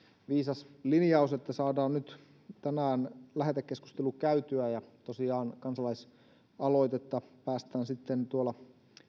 viisas linjaus jotta saadaan nyt tänään lähetekeskustelu käytyä kansalaisaloitetta päästään sitten tuolla